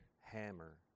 hammer